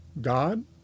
God